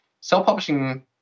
self-publishing